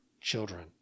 children